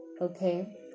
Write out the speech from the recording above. okay